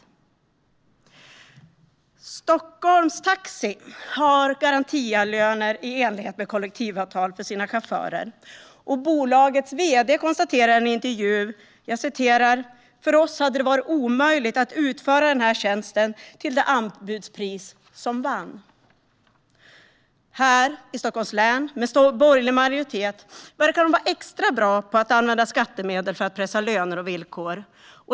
Taxi Stockholm har garantilöner i enlighet med kollektivavtal för sina chaufförer, och bolagets vd konstaterar i en intervju: "Vi kan konstatera att för oss hade det varit omöjligt att utföra den här tjänsten till det anbudspris som vann." Här i Stockholms län, med borgerlig majoritet, verkar man vara extra bra på att använda skattemedel för att pressa löner och villkor.